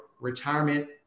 retirement